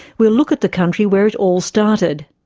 we'll look at the country where it all started.